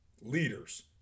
Leaders